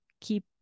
keep